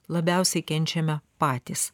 labiausiai kenčiame patys